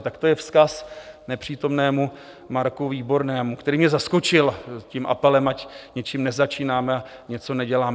Tak to je vzkaz nepřítomnému Marku Výbornému, který mě zaskočil tím apelem, ať s něčím nezačínáme a něco neděláme.